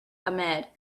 ahmed